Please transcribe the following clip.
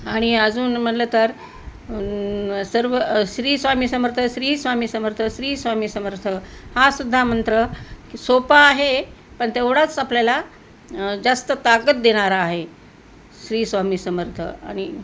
आणि अजून म्हणलं तर सर्व श्रीस्वामी समर्थ श्री स्वामी समर्थ श्री स्वामी समर्थ हा सुद्धा मंत्र सोपा आहे पण तेवढाच आपल्याला जास्त ताकद देणारा आहे श्रीस्वामी समर्थ आणि